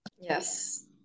yes